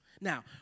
Now